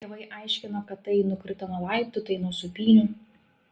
tėvai aiškino kad tai nukrito nuo laiptų tai nuo sūpynių